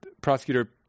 prosecutor